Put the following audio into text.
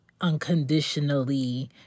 unconditionally